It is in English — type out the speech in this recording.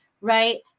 right